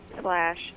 slash